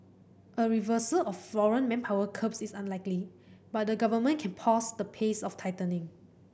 a reversal of foreign manpower curbs is unlikely but the government can pause the pace of tightening